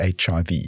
HIV